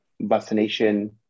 vaccination